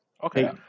Okay